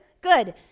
good